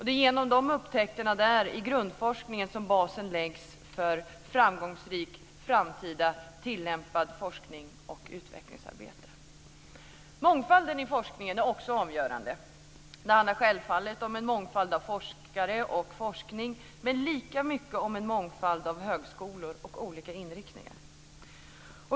Det är genom upptäckterna inom grundforskningen som basen läggs för en framgångsrik framtida tillämpad forskning och för utvecklingsarbete. Mångfalden i forskningen är också avgörande. Det handlar självfallet om en mångfald av forskare och forskning men lika mycket om en mångfald av högskolor och olika inriktningar.